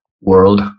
world